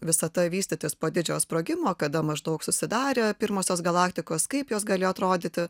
visata vystytis po didžiojo sprogimo kada maždaug susidarė pirmosios galaktikos kaip jos galėjo atrodyti